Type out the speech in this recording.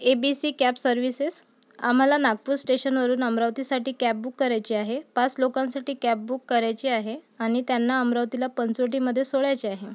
ए B C cab services आम्हाला नागपूर स्टेशनवरून अमरावतीसाठी कॅब बुक करायची आहे पास लोकांसाठी कॅब बुक करायची आहे आणि त्यांना अमरावतीला पंचवटीमध्ये सोडायचे आहे